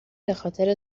بخاطر